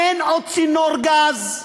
אין עוד צינור גז.